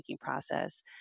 process